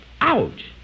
Ouch